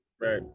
Right